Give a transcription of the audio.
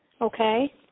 Okay